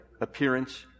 appearance